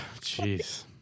Jeez